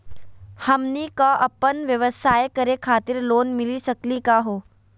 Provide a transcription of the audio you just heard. हमनी क अपन व्यवसाय करै खातिर लोन मिली सकली का हो?